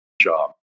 job